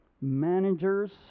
managers